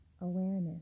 awareness